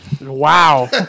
Wow